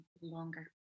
longer